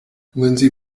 lindsey